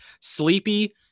sleepy